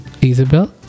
isabel